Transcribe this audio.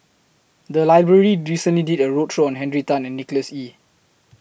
The Library recently did A roadshow on Henry Tan and Nicholas Ee